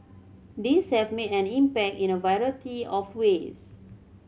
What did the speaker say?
these have made an impact in a variety of ways